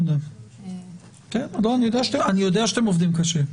אני יודע שאתם עובדים קשה.